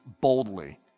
boldly